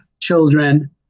children